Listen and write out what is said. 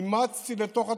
אימצתי לתוך התוכניות.